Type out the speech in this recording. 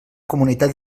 comunitat